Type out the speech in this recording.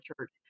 church